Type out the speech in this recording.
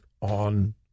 on